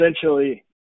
essentially